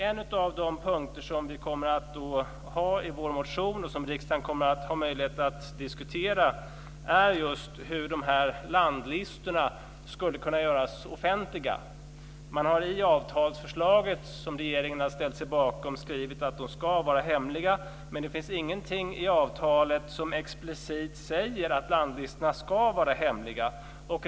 En av de punkter som vi kommer att ha i vår motion, och som riksdagen kommer att ha möjlighet att diskutera, är just hur landlistorna skulle kunna göras offentliga. Man har i avtalsförslaget, som regeringen har ställt sig bakom, skrivit att de ska vara hemliga. Men det finns ingenting i avtalet som explicit säger att landlistorna ska vara hemliga.